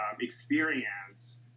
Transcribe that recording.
experience